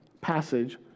passage